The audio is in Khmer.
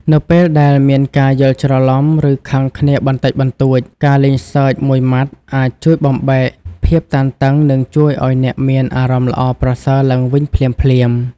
នៅពេលដែលមានការយល់ច្រឡំឬខឹងគ្នាបន្តិចបន្តួច ការលេងសើចមួយម៉ាត់អាចជួយបំបែកភាពតានតឹងនិងជួយឱ្យអ្នកមានអារម្មណ៍ល្អប្រសើរឡើងវិញភ្លាមៗ។